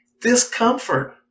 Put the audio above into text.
discomfort